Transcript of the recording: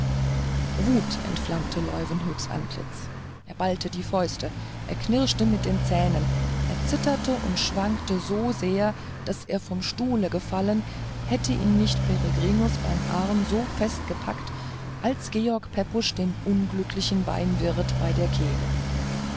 wut entflammte leuwenhoeks antlitz er ballte die fäuste er knirschte mit den zähnen er zitterte und schwankte so sehr daß er vom stuhle gefallen hätte ihn nicht peregrinus beim arm so fest gepackt als george pepusch den unglücklichen weinwirt bei der kehle